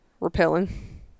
Repelling